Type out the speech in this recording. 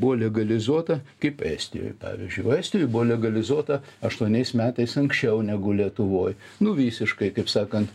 buvo legalizuota kaip estijoj pavyzdžiui va estijoj buvo legalizuota aštuoniais metais anksčiau negu lietuvoj nu visiškai kaip sakant